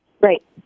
Right